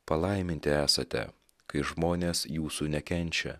palaiminti esate kai žmonės jūsų nekenčia